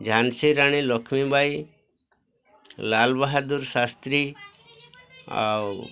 ଝାନ୍ସି ରାଣୀ ଲକ୍ଷ୍ମୀ ବାଇ ଲାଲ୍ ବାହାଦୁର ଶାସ୍ତ୍ରୀ ଆଉ